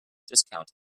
discount